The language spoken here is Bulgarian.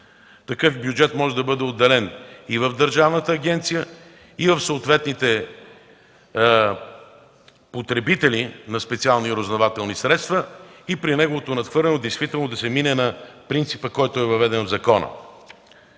Такъв бюджет може да бъде отделен и в Държавната агенция, и в съответните потребители на специални разузнавателни средства, като при неговото надхвърляне да се мине на принципа, въведен от закона.